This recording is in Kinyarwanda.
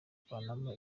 kuvanamo